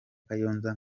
kayonza